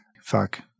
Fuck